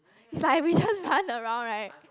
is like we just run around right